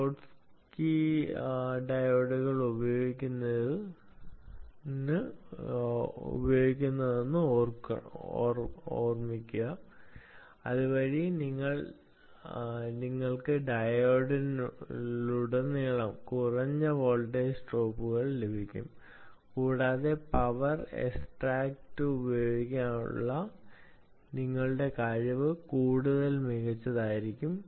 Schottky ഡയോഡുകൾ ഉപയോഗിക്കുന്നത് ഓർക്കുക അതുവഴി നിങ്ങൾക്ക് ഡയോഡുകളിലുടനീളം കുറഞ്ഞ വോൾട്ടേജ് ഡ്രോപ്പുകൾ ലഭിക്കും കൂടാതെ പവർ എക്സ്ട്രാക്റ്റുചെയ്യാനുള്ള നിങ്ങളുടെ കഴിവ് കൂടുതൽ മികച്ചതായിരിക്കും